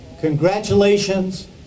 Congratulations